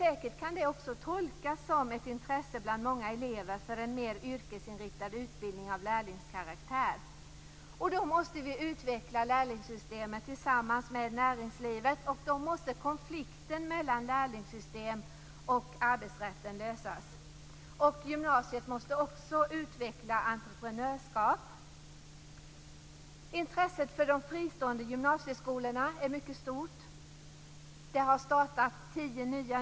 Det kan säkert tolkas som ett intresse bland många elever för en mer yrkesinriktad utbildning av lärlingskaraktär. Då måste vi utveckla lärlingssystemet tillsammans med näringslivet. Konflikten mellan lärlingssystemet och arbetsrätten måste lösas. Gymnasiet måste också utveckla utbildning i entreprenörskap. Intresset för fristående gymnasieskolor är mycket stort. Det har nu startat tio nya.